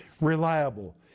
reliable